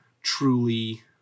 truly